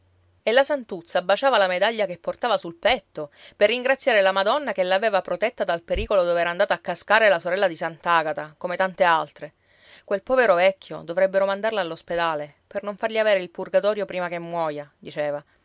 e la santuzza baciava la medaglia che portava sul petto per ringraziare la madonna che l'aveva protetta dal pericolo dove era andata a cascare la sorella di sant'agata come tante altre quel povero vecchio dovrebbero mandarlo all'ospedale per non fargli avere il purgatorio prima che muoia diceva